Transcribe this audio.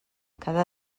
cada